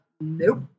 Nope